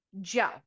Joe